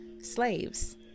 slaves